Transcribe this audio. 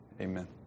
Amen